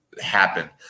happen